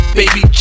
baby